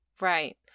Right